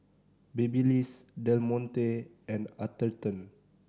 Babyliss Del Monte and Atherton